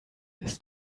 ist